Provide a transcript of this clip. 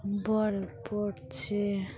বরফ পড়ছে